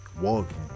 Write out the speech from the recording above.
walking